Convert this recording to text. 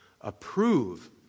approve